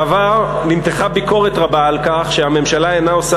בעבר נמתחה ביקורת רבה על כך שהממשלה אינה עושה